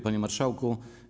Panie Marszałku!